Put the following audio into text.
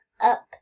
up